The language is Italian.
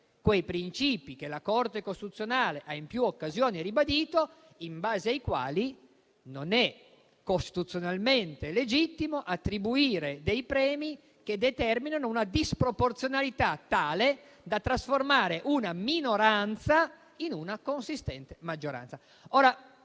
quei principi che la Corte costituzionale ha in più occasioni ribadito in base ai quali non è costituzionalmente legittimo attribuire dei premi che determinano una disproporzionalità tale da trasformare una minoranza in una consistente maggioranza.